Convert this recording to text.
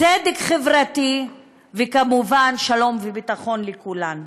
צדק חברתי וכמובן שלום וביטחון לכולן.